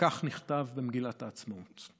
וכך נכתב במגילת העצמאות: